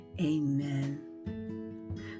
Amen